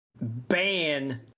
ban